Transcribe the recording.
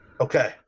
Okay